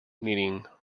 meaning